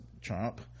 Trump